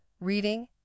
reading